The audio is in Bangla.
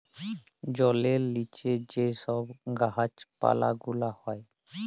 জলের লিচে যে ছব গাহাচ পালা গুলা হ্যয়